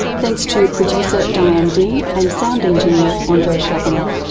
thanks to producer diane dean and sound engineer ah andrei shabunov.